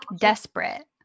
desperate